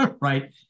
Right